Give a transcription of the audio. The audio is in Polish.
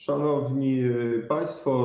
Szanowni Państwo!